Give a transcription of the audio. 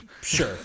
Sure